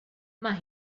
mae